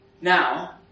Now